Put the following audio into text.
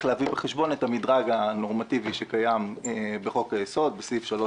להביא בחשבון את המדרג הנורמטיבי שקיים בחוק-יסוד: משק המדינה,